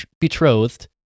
betrothed